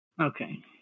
Okay